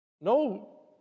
no